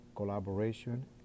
Collaboration